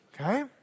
Okay